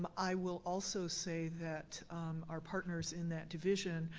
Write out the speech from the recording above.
um i will also say that our partners in that division